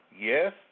yes